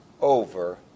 over